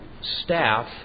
staff